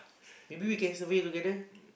maybe we can survey together